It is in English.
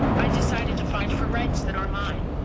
i decided to fight for rights that are mine.